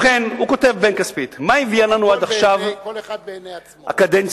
ובכן, הוא כותב, בן כספית, כל אחד בעיני עצמו.